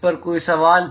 इस पर कोई सवाल